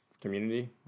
Community